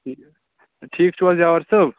ٹھیٖک چھُو حظ یاور صٲب